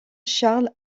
charles